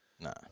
No